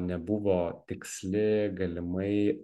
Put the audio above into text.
nebuvo tiksli galimai